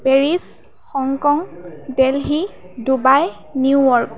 Paris Hong Kong Delhi Dubai New York